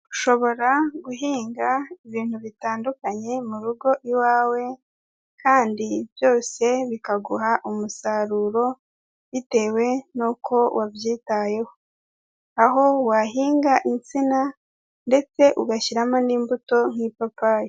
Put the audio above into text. Ushobora guhinga ibintu bitandukanye mu rugo iwawe kandi byose bikaguha umusaruro bitewe nuko wabyitayeho, aho wahinga insina ndetse ugashyiramo n'imbuto nk'ipapayi.